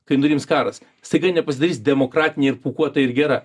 kai nurims karas staiga ji nepasidarys demokratinė ir pūkuota ir gera